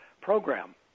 program